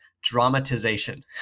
dramatization